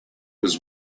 was